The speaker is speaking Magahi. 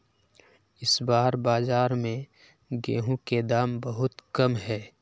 इस बार बाजार में गेंहू के दाम बहुत कम है?